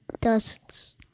dusts